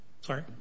Sorry